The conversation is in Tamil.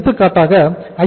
எடுத்துக்காட்டாக ஐ